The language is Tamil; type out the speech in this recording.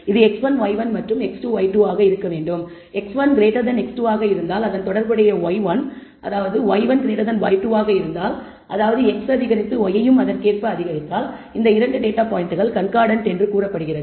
இது x1 y1 மற்றும் x2 y2 ஆக இருக்க வேண்டும் x1x2 ஆக இருந்தால் அதன் தொடர்புடைய y1 y1y2 இருந்தால் அதாவது x அதிகரித்து y யையும் அதற்கேற்ப அதிகரித்தால் இந்த 2 டேட்டா பாயிண்டுகள் கண்கார்டன்ட் என்று கூறப்படுகிறது